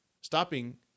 stopping